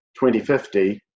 2050